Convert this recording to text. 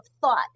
thought